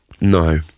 No